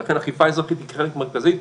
ולכן אכיפה אזרחית היא חלק מרכזי.